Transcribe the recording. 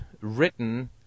written